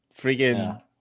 freaking